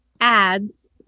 ads